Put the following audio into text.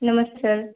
नमस्ते सर